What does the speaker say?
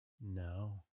No